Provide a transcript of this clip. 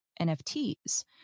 NFTs